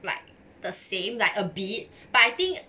like the same like a bit but I thing